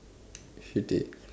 shitty